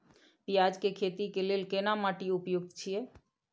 पियाज के खेती के लेल केना माटी उपयुक्त छियै?